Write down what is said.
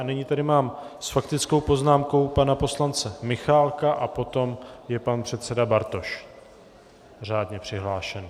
A nyní tady mám s faktickou poznámkou pana poslance Michálka a potom je pan předseda Bartoš, řádně přihlášený.